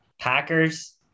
Packers